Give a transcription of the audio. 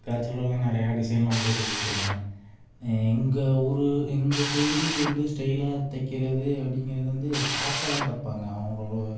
கர்ச்சீஃப்லெலாம் நிறையா டிசைன்லாம் போட்டு கொடுத்துருக்கேன் எங்கள் ஊர் எங்கள் சைடு வந்து ஸ்டைலாக தைக்கிறது அப்படிங்கிறது வந்து ஃபாஸ்ட்டாக தான் தைப்பாங்க அவங்களோட